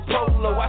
Polo